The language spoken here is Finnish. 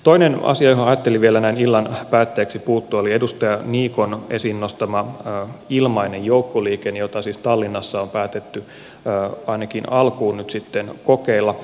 toinen asia johon ajattelin vielä näin illan päätteeksi puuttua oli edustaja niikon esiin nostama ilmainen joukkoliikenne jota siis tallinnassa on päätetty ainakin alkuun nyt sitten kokeilla